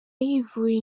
yivuye